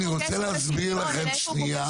אני רוצה להסביר לכם שנייה.